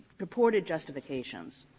purported justifications,